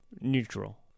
Neutral